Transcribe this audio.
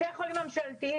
בתי החולים הממשלתיים,